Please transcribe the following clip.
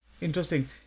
Interesting